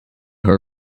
her